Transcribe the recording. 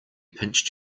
pinched